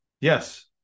Yes